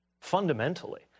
Fundamentally